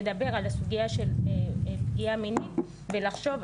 לדבר על הסוגייה של פגיעה מינית ולחשוב,